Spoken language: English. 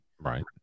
Right